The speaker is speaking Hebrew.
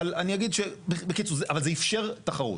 אבל אני אגיד, בקיצור, אבל זה אפשר תחרות.